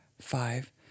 five